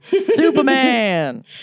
Superman